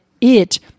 it-